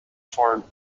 foreign